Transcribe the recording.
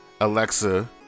Alexa